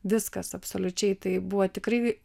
viskas absoliučiai tai buvo tikrai